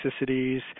toxicities